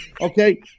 Okay